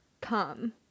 come